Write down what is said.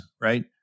right